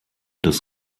das